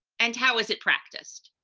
and how is it practiced?